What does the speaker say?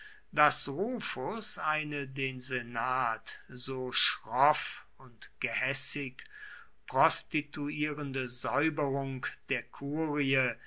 rufus eine den senat so schroff und gehässig prostituierende säuberung der kurie